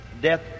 Death